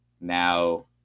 now